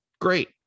Great